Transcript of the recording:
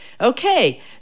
Okay